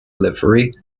livery